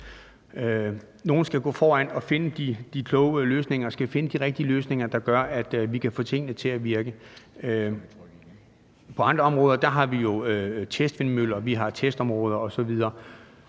Nogen skal gå foran og finde de kloge løsninger og de rigtige løsninger, der gør, at vi kan få tingene til at virke. På andre områder har vi jo testvindmøller, testområder osv.